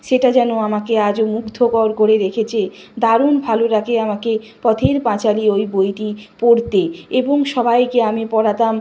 সেটা যেন আমাকে আজও মুগ্ধকর করে রেখেছে দারুণ ভালো লাগে আমাকে পথের পাঁচালী ওই বইটি পড়তে এবং সবাইকে আমি পড়াতাম